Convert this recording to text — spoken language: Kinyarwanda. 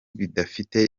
bidafite